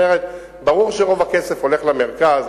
ברור שרוב הכסף הולך למרכז,